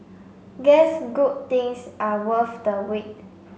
guess good things are worth the wait